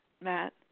Matt